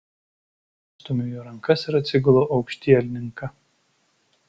atstumiu jo rankas ir atsigulu aukštielninka